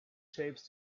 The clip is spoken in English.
shapes